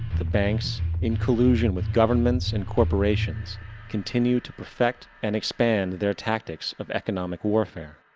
the banks in collusion with governments and corporations continue to perfect and expand their tactics of economic warfare,